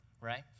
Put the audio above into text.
right